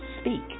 Speak